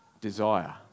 desire